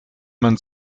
man